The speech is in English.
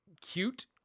cute